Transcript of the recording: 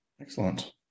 Excellent